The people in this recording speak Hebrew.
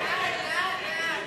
שהגיעו